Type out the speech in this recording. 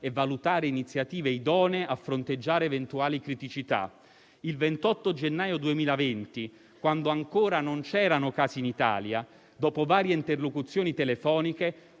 valutare iniziative idonee a fronteggiare eventuali criticità. Il 28 gennaio 2020, quando ancora non c'erano casi in Italia, dopo varie interlocuzioni telefoniche,